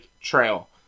trail